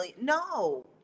No